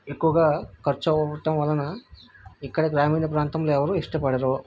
ఎక్కువగా ఖర్చు అవ్వటం వలన ఇక్కడికి గ్రామీణ ప్రాంతంలో ఎవరు ఇష్టపడరు